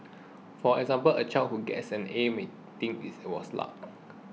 for example a child who gets an A may think it was luck